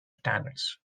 standards